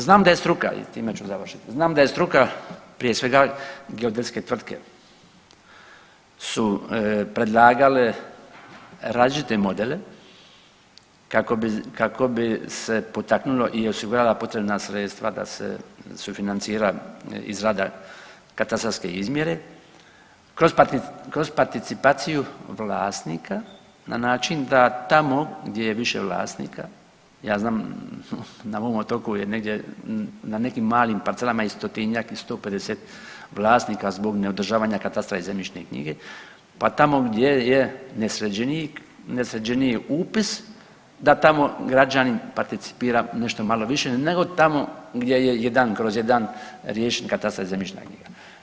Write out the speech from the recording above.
Znam da je struka i time ću završiti, znam da je struka, prije svega geodetske tvrtke su predlagale različite modele kako bi se potaknulo i osigurala potrebna sredstva da se sufinancira izrada katastarske izmjere kroz participaciju vlasnika na način da tamo gdje je više vlasnika, ja znam na mom otoku je negdje na nekim malim parcelama i 100-tinjak i 150 vlasnika zbog neodržavanja katastra i zemljišne knjige, pa tamo gdje je nesređeniji, nesređeniji upis da tamo građanin participira nešto malo više nego tamo gdje je 1/1 riješen katastar i zemljišna knjiga.